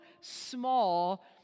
small